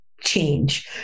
change